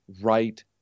right